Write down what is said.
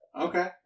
Okay